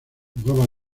jugaba